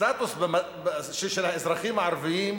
בסטטוס של האזרחים הערבים,